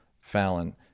Fallon